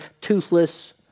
toothless